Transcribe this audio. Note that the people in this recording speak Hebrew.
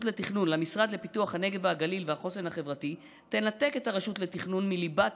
למשרד לפיתוח הנגב והגליל והחוסן החברתי תנתק את הרשות לתכנון מליבת